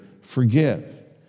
forgive